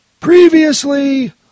Previously